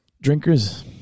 drinkers